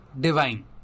divine